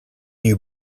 you